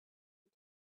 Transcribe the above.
out